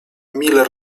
müller